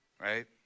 right